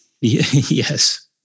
Yes